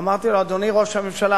אמרתי לו: אדוני ראש הממשלה,